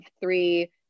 three